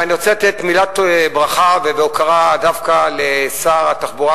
ואני רוצה לתת מילת ברכה והוקרה דווקא לשר התחבורה,